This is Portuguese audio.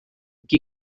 que